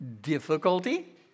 Difficulty